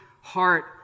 heart